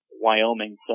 Wyoming